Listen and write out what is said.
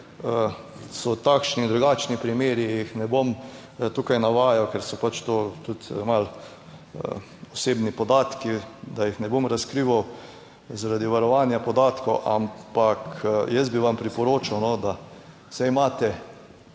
so takšni in drugačni primeri, jih ne bom tukaj navajal, ker so pač to tudi malo osebni podatki, da jih ne bom razkrival zaradi varovanja podatkov, ampak jaz bi vam priporočil, da saj imate,